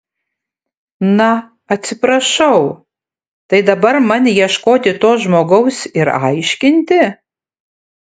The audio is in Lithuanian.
na atsiprašau tai dabar man ieškoti to žmogaus ir aiškinti